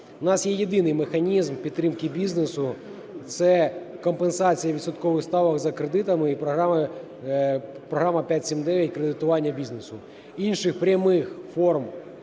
У нас є єдиний механізм підтримки бізнесу - це компенсація відсоткових ставок за кредитами і програма "5-7-9" кредитування бізнесу. Інших прямих форм